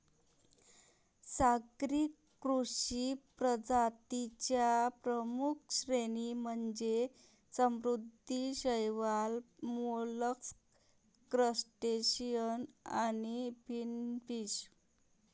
सागरी कृषी प्रजातीं च्या प्रमुख श्रेणी म्हणजे समुद्री शैवाल, मोलस्क, क्रस्टेशियन आणि फिनफिश